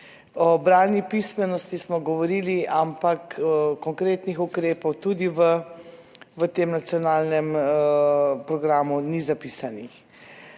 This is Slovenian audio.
O bralni pismenosti smo govorili, ampak konkretnih ukrepov tudi v tem nacionalnem programu ni zapisanih.